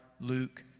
Luke